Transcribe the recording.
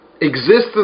existence